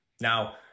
Now